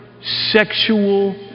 sexual